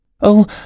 Oh